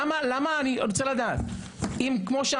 כאשר